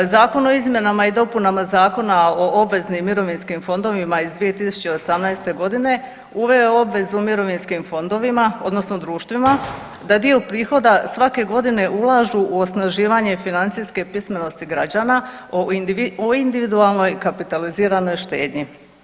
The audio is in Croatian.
Zakon o izmjenama i dopunama Zakona o obveznim mirovinskim fondovima iz 2018. godine uveo je obvezu mirovinskim fondovima odnosno društvima da dio prihoda svake godine ulažu u osnaživanje financijske pismenosti građana o individualnoj kapitaliziranoj štednji.